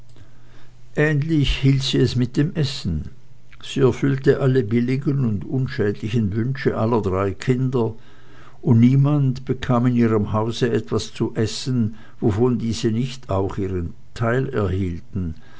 ähnlich hielt sie es mit dem essen sie erfüllte alle billigen und unschädlichen wünsche aller drei kinder und niemand bekam in ihrem hause etwas zu essen wovon diese nicht auch ihren teil erhielten